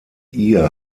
ihr